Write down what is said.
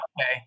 Okay